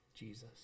Jesus